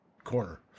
corner